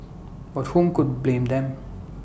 but whom could blame them